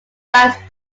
dice